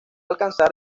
alcanzar